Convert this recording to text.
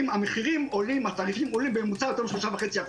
אם התעריפים עולים בממוצע ביותר מ-3.5%.